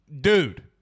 dude